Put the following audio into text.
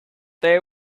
they